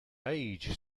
age